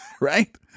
right